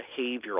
behavioral